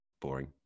Boring